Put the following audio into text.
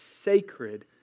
sacred